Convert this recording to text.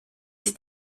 ist